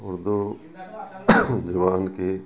اردو زبان کی